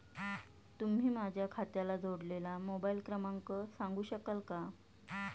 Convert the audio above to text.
तुम्ही माझ्या खात्याला जोडलेला मोबाइल क्रमांक सांगू शकाल का?